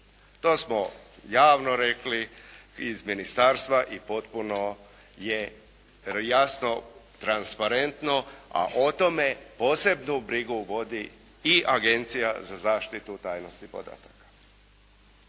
To smo javno rekli iz ministarstva i potpuno je jasno transparentno, a o tome posebnu brigu vodi i Agencija za zaštitu tajnosti podataka.